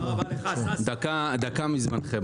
אחר כך,